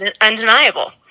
undeniable